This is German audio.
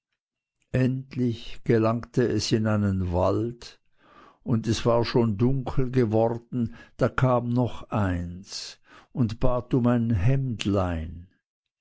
endlich gelangte es in einen wald und es war schon dunkel geworden da kam noch eins und bat um ein hemdlein